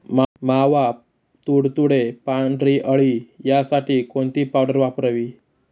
मावा, तुडतुडे, पांढरी अळी यासाठी कोणती पावडर वापरावी?